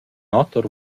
oter